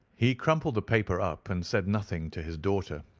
he crumpled the paper up and said nothing to his daughter,